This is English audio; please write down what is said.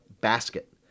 basket